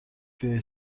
بیای